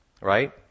right